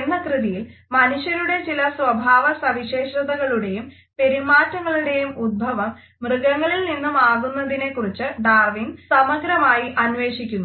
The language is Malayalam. എന്ന കൃതിയിൽ മനുഷ്യരുടെ ചില സ്വഭാവ സവിശേഷതകളുടെയും പെരുമാറ്റങ്ങളുടെയും ഉത്ഭവം മൃഗങ്ങളിൽ നിന്നുമാകുന്നതിനെക്കുറിച്ചു ഡാർവിൻ സമഗ്രമായി അന്വേഷിക്കുന്നു